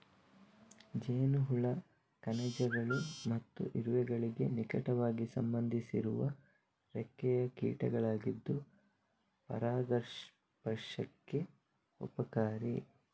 ಜೇನುಹುಳ ಕಣಜಗಳು ಮತ್ತು ಇರುವೆಗಳಿಗೆ ನಿಕಟವಾಗಿ ಸಂಬಂಧಿಸಿರುವ ರೆಕ್ಕೆಯ ಕೀಟಗಳಾಗಿದ್ದು ಪರಾಗಸ್ಪರ್ಶಕ್ಕೆ ಉಪಕಾರಿ